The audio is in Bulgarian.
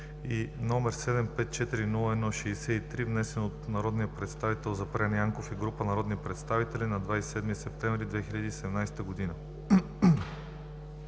и № 754-01-63, внесен от народния представител Запрян Янков и група народни представители на 27 септември 2017 г.